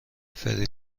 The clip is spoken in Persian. فری